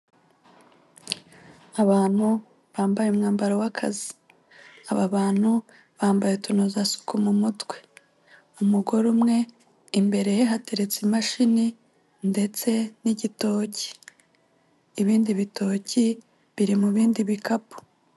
Abantu bambaye umwambaro w'akazi. Aba bantu bambaye utunozasuku mu mutwe, umugore umwe imbere ye hateretse imashini ndetse n'igitoki, ibindi bitoki biri mu bindi bikapu.